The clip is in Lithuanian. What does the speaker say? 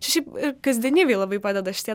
šiaip ir kasdienybėje labai padeda šitie